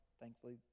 thankfully